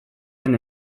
ren